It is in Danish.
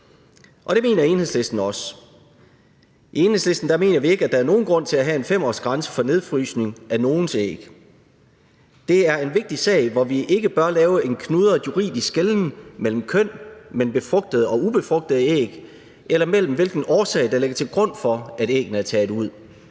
det mener Enhedslisten også. I Enhedslisten mener vi ikke, at der er nogen grund til at have en 5-årsgrænse for nedfrysning af nogens æg. Det er en vigtig sag, hvor vi ikke bør lave en knudret juridisk skelnen mellem køn, mellem befrugtede og ubefrugtede æg, eller mellem hvad der ligger til grund for, at æggene er taget ud.